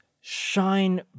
shine